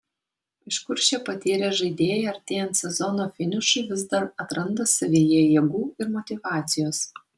iš kur šie patyrę žaidėjai artėjant sezono finišui vis dar atranda savyje jėgų ir motyvacijos